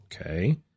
Okay